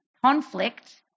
conflict